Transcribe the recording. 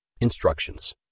Instructions